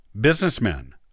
businessmen